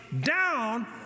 down